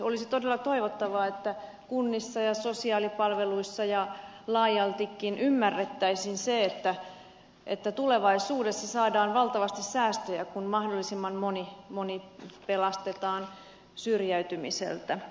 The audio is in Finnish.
olisi todella toivottavaa että kunnissa ja sosiaalipalveluissa ja laajaltikin ymmärrettäisiin se että tulevaisuudessa saadaan valtavasti säästöjä kun mahdollisimman moni pelastetaan syrjäytymiseltä